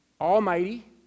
Almighty